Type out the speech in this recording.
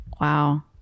wow